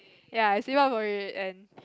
ya I save up for it and